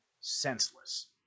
senseless